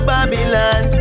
Babylon